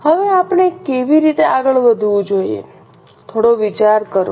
હવે આપણે કેવી રીતે આગળ વધવું જોઈએ થોડો વિચાર કરો